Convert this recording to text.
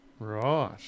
Right